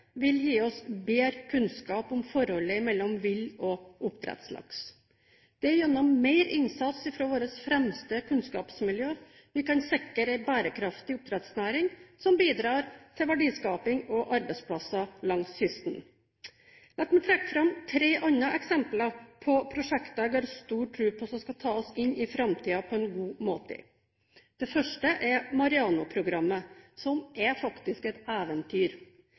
vil gi oss bedre kunnskap om forholdet mellom villaks og oppdrettslaks. Det er gjennom mer innsats fra våre fremste kunnskapsmiljøer at vi kan sikre en bærekraftig oppdrettsnæring som bidrar til verdiskaping og arbeidsplasser langs kysten. La meg trekke fram tre andre eksempler på prosjekter jeg har stor tro på skal ta oss inn i framtiden på en god måte: Det første er MAREANO-programmet, som faktisk er et eventyr.